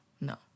no